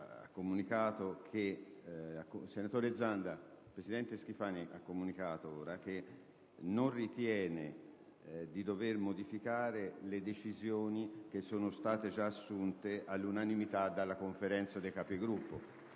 i colleghi che il presidente Schifani ha comunicato ora che non ritiene di dover modificare le decisioni che sono state già assunte all'unanimità dalla Conferenza dei Capigruppo.